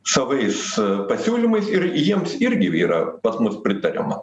savais pasiūlymais ir jiems irgi yra pas mus pritariama